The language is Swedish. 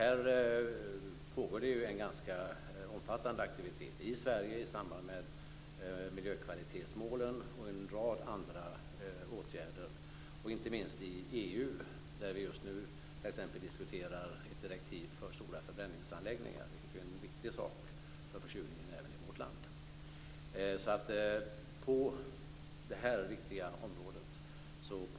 Här pågår det en omfattande aktivitet i Sverige i samband med miljökvalitetsmålen och en rad andra åtgärder. Inte minst i EU diskuteras nu ett direktiv för stora förbränningsanläggningar, vilket är en viktig sak för försurningen även i vårt land.